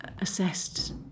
assessed